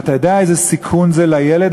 אתה יודע איזה סיכון זה לילד,